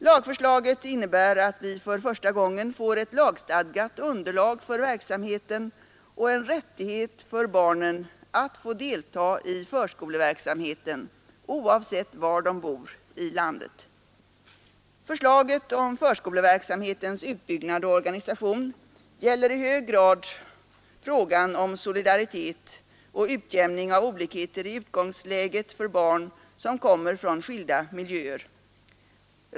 Lagförslaget innebär att vi för första gången får ett lagstadgat underlag för verksamheten och en rättighet för barnen att delta i förskoleverksamheten oavsett var de bor i landet. Förslaget om förskoleverksamhetens utbyggnad och organisation gäller i hög grad frågan om solidaritet och utjämning av olikheter i utgångsläget för barn som kommer från skilda miljöer.